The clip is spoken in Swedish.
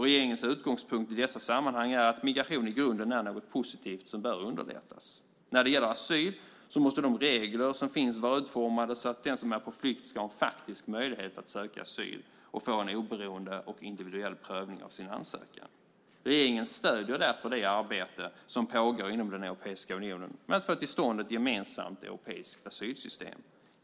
Regeringens utgångspunkt i dessa sammanhang är att migration i grunden är något positivt som bör underlättas. När det gäller asyl måste de regler som finns vara utformade så att den som är på flykt ska ha en faktisk möjlighet att söka asyl och få en oberoende och individuell prövning av sin ansökan. Regeringen stöder därför det arbete som pågår inom den europeiska unionen med att få till stånd ett gemensamt europeiskt asylsystem.